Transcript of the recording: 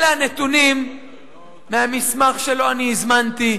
אלה הנתונים מהמסמך שלא אני הזמנתי,